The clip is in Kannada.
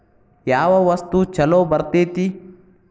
ಯಾವ ವಸ್ತು ಛಲೋ ಬರ್ತೇತಿ?